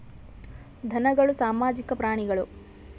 ಧನಗಳು ಸಾಮಾಜಿಕ ಪ್ರಾಣಿಗಳು